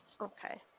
Okay